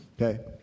okay